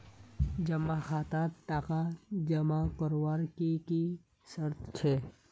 जमा खातात टका जमा करवार की की शर्त छे?